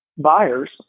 buyers